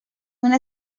una